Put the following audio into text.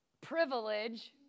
privilege